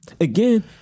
Again